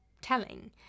telling